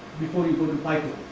before you go to pipeline